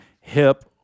hip